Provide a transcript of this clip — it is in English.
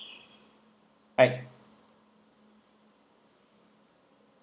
can